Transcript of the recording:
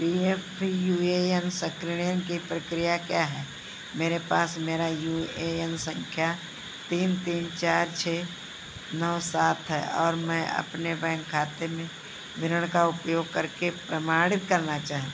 P F U A N सक्रियण की प्रक्रिया क्या है मेरे पास मेरा यू ए एन संख्या तीन तीन चार छः नौ सात है और मैं अपने बैंक खाते में विरण का उपयोग करके प्रमाणित करना चाहता हूं